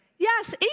Yes